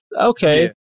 okay